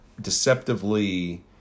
deceptively